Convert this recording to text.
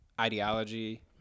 ideology